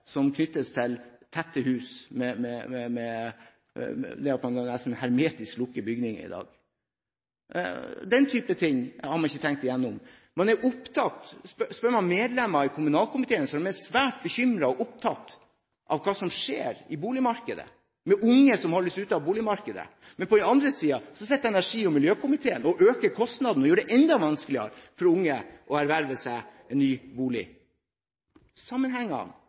allergiplager knyttet til tette hus – at det nesten er hermetisk lukkede bygninger. Den type ting har man ikke tenkt gjennom. Spør medlemmer i kommunalkomiteen, som er svært bekymret over og opptatt av hva som skjer i boligmarkedet, og unge som holdes ute av boligmarkedet. På den andre siden sitter energi- og miljøkomiteen og øker kostnadene og gjør det enda vanskeligere for unge å erverve seg en ny